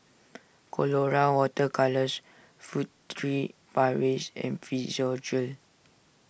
Colora Water Colours Furtere Paris and Physiogel